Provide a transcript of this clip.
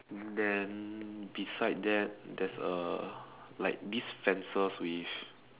then beside that there's a like this fences with